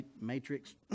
matrix